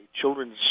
children's